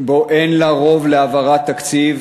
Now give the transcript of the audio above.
שבו אין לה רוב להעברת תקציב,